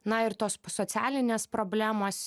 na ir tos socialinės problemos